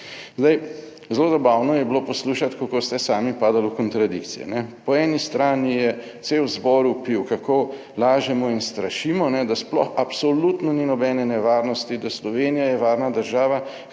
Zdaj, zelo zabavno je bilo poslušati, kako ste sami padli v kontradikcije. Po eni strani je cel zbor vpil, kako lažemo in strašimo, da sploh absolutno ni nobene nevarnosti, da Slovenija je varna država,